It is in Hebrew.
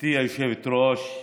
גברתי היושבת-ראש,